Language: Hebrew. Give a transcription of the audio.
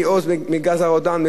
מגז הראדון,